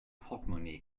portmonee